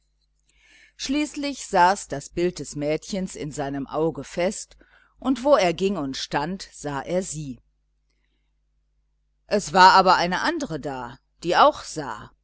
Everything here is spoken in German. schließlich saß das bild des mädchens in seinem auge fest und wo er ging und stand sah er sie es war aber eine andere da die auch sah